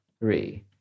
three